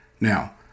Now